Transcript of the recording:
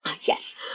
Yes